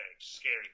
Scary